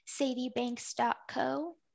sadiebanks.co